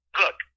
look